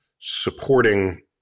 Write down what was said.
supporting